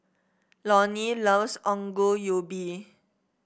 Loni loves Ongol Ubi